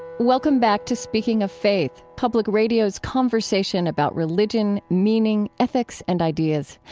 welcome back to speaking of faith, public radio's conversation about religion, meaning, ethics and ideas.